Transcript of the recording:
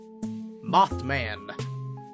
Mothman